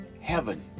heaven